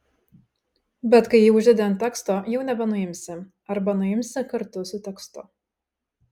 bet kai jį uždedi ant teksto jau nebenuimsi arba nuimsi kartu su tekstu